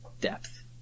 depth